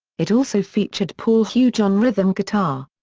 it also featured paul huge on rhythm guitar.